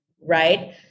Right